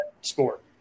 sport